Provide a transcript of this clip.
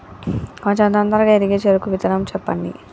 కొంచం తొందరగా ఎదిగే చెరుకు విత్తనం చెప్పండి?